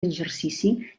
exercici